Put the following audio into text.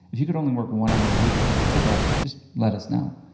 if you can only work one hour a week, that's okay just let us know.